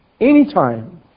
anytime